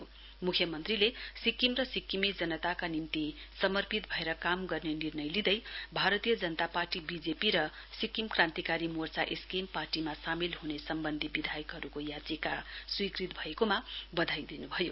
यस सम्बन्धमा मुख्यमन्त्रीले सिक्किम र सिक्किमे जनताका निम्ति समर्पित भएर काम गर्ने निर्णय लिँदै भारतीय जनता पार्टी बीजेपी र सिक्किम क्रान्तिकारी मोर्चा एसकेएम पार्टीमा सामेल हने सम्बन्धी विधायकहरूको याचिका स्वीकृत भएकोमा बधाई दिन्भयो